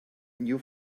you